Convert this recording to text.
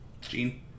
Gene